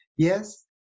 Yes